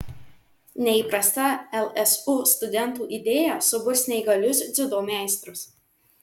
neįprasta lsu studentų idėja suburs neįgalius dziudo meistrus